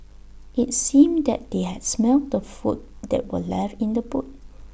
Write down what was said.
IT seemed that they had smelt the food that were left in the boot